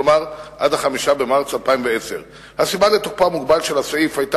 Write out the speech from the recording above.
כלומר עד 5 במרס 2010. הסיבה לתוקפו המוגבל של הסעיף היתה